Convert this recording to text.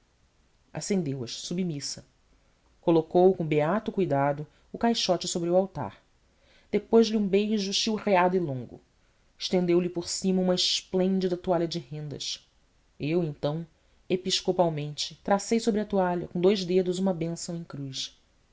santa acendeu as submissa colocou com beato cuidado o caixote sobre o altar depôs lhe um beijo chilreado e longo estendeu-lhe por cima uma esplêndida toalha de rendas eu então episcopalmente tracei sobre a toalha com dous dedos uma bênção em cruz